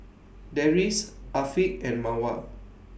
Deris Afiq and Mawar